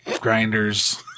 Grinders